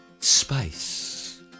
space